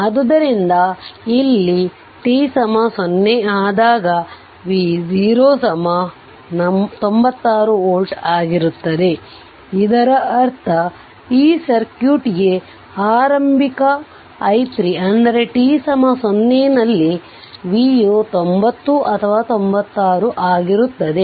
ಆದ್ದರಿಂದ ಇಲ್ಲಿ t 0 ಆದಾಗv0 ವು 96 V ಆಗಿರುತ್ತದೆ ಇದರರ್ಥ ಈ ಸರ್ಕ್ಯೂಟ್ಗೆ ಆರಂಭಿಕ i3 ಅಂದರೆ t 0 ನಲ್ಲಿ V ಯು 90 ಅಥವಾ 96 V ಆಗಿರುತ್ತದೆ